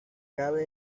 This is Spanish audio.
cabe